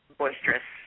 boisterous